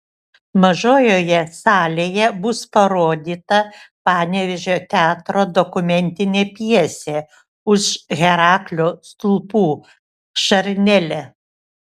mažojoje salėje bus parodyta panevėžio teatro dokumentinė pjesė už heraklio stulpų šarnelė